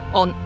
on